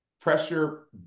pressure